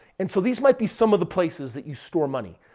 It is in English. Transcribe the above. and so these might be some of the places that you store money.